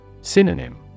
Synonym